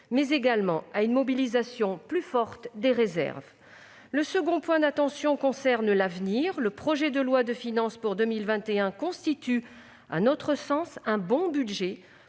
mais également à une mobilisation plus importante des réserves. Le second point concerne l'avenir. Le projet de loi de finances pour 2021 constitue, à notre sens, un bon budget